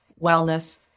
wellness